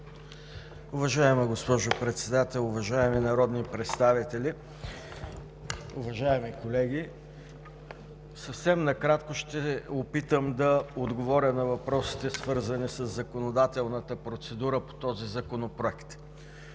Уважаема госпожо Председател, уважаеми народни представители, уважаеми колеги! Съвсем накратко ще се опитам да отговоря на въпросите, свързани със законодателната процедура по този законопроект.